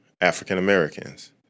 African-Americans